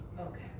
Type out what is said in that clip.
Okay